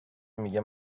میگه